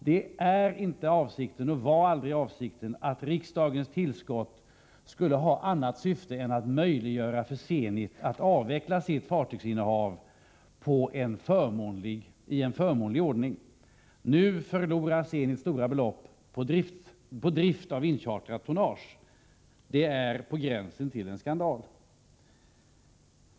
Det är inte avsikten och var aldrig avsikten att riksdagens tillskott skulle ha annat syfte än att möjliggöra för Zenit att avveckla sitt fartygsinnehav i en förmånlig ordning. Nu förlorar Zenit stora belopp på drift av inchartrat tonnage. Det är på gränsen till en skandal.